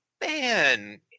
man